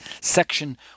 section